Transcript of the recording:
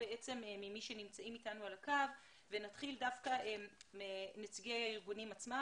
נתחיל מנציגי הארגונים עצמם.